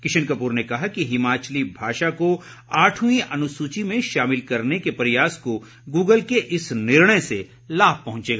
किशन कपूर ने कहा कि हिमाचली भाषा को आठवीं अनुसूची में शामिल करने के प्रयास को गूगल के इस निर्णय से लाभ पहुंचेगा